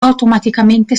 automaticamente